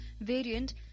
variant